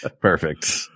Perfect